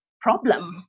problem